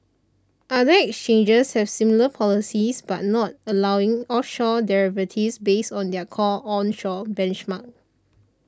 other exchanges have similar policies but not allowing offshore derivatives based on their core onshore benchmarks